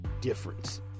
difference